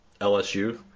LSU –